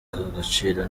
agaciro